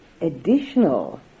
additional